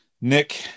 Nick